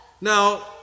Now